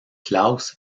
klaus